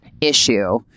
issue